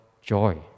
joy